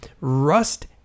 rust